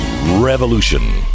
Revolution